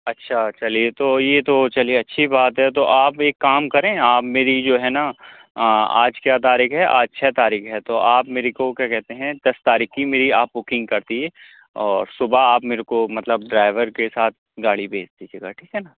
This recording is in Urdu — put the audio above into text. اچھا چلیے تو یہ تو چلیے اچھی بات ہے تو آپ ایک کام کریں آپ میری جو ہے نا آج کیا تاریخ ہے آج چھ تاریخ ہے تو آپ میرے کو کیا کہتے ہیں دس تاریخ کی میری آپ بکنگ کر دیجیے اور صُبح آپ میرے کو مطلب ڈرائیور کے ساتھ گاڑی بھیج دیجیے گا ٹھیک ہے نا